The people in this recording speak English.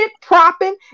propping